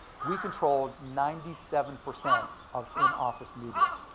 we controlled ninety seven percent of in-office media.